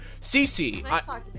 CC